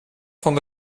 van